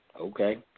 Okay